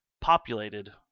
populated